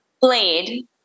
blade